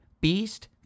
beast